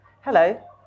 hello